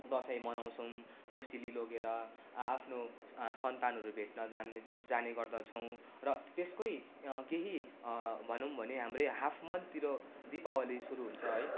दसैँ मनाउँछौँ कोसेली लगेर आ आफ्नो सन्तानहरू भेटन जान जाने गर्दछौँ र त्यसकै केही भनौँ भने हाम्रै हाफ मन्थतिर दिपवाली सुरु हुन्छ है